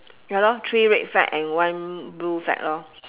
ya lor three red flag and one blue flag lor